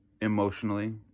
emotionally